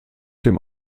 dem